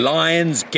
lion's